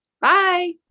Bye